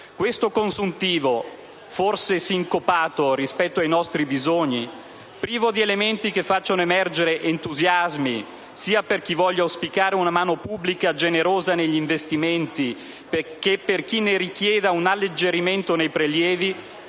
Questo consuntivo, forse sincopato rispetto ai nostri bisogni, privo di elementi che facciano emergere entusiasmi sia per chi voglia auspicare una mano pubblica generosa negli investimenti, che per chi ne richieda un alleggerimento nei prelievi,